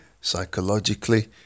psychologically